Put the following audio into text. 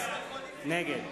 נגד